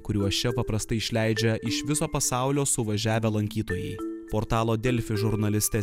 kuriuos čia paprastai išleidžia iš viso pasaulio suvažiavę lankytojai portalo delfi žurnalistė